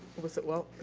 was it walt?